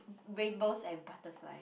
rainbows and butterfly